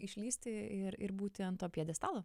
išlįsti ir ir būti ant to pjedestalo